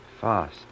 Fast